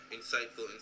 Insightful